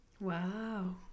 Wow